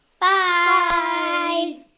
Bye